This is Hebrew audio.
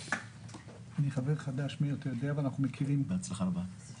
אני חבר חדש, מאיר, אבל אנחנו מכירים מקודם.